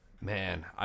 Man